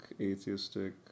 atheistic